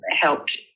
helped